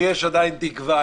לי יש עדיין תקווה.